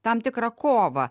tam tikrą kovą